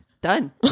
Done